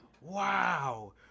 Wow